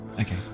Okay